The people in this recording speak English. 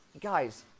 guys